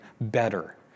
better